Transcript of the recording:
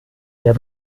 der